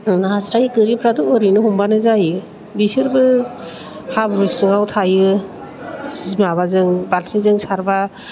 नास्राय गोरिफ्राथ' ओरैनो हमबानो जायो बिसोरबो हाब्रु सिङाव थायो जि माबाजों बाल्टिंजों सारबा